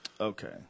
Okay